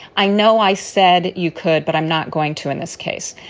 i know i said you could, but i'm not going to in this case.